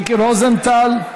מיקי רוזנטל,